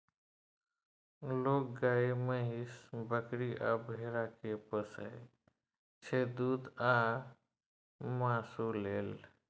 लोक गाए, महीष, बकरी आ भेड़ा केँ पोसय छै दुध आ मासु लेल